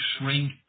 shrink